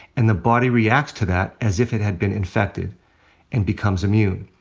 and the body reacts to that as if it had been infected and becomes immune.